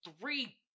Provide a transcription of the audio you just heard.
three